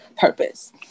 purpose